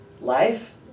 life